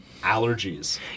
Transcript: allergies